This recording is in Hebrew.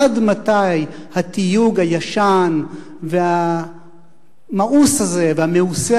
עד מתי התיוג הישן והמאוס הזה והמעושה